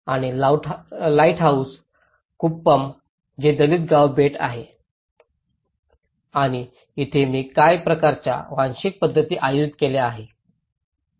आणि लाइटहाऊस कुप्पम जे दलित गाव बेट आहे आणि इथे मी काही प्रकारच्या वांशिक पद्धती आयोजित केल्या आहेत